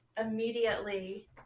immediately